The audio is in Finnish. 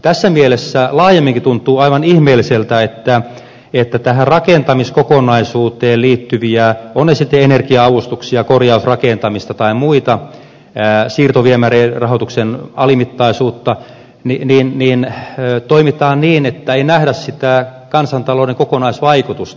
tässä mielessä laajemminkin tuntuu aivan ihmeelliseltä että tähän rakentamiskokonaisuuteen liittyvissä asioissa ovat ne sitten energia avustuksia korjausrakentamista tai muita siirtoviemärirahoituksen alimittaisuutta toimitaan niin että ei nähdä sitä kansantalouden kokonaisvaikutusta